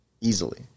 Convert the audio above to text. Easily